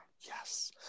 Yes